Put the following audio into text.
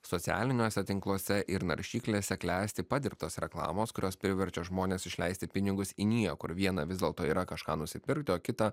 socialiniuose tinkluose ir naršyklėse klesti padirbtos reklamos kurios priverčia žmones išleisti pinigus į niekur viena vis dėlto yra kažką nusipirkti o kita